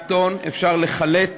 בהלבנת הון, אפשר לחלט